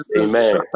amen